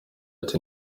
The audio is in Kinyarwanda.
ati